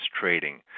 trading